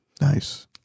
Nice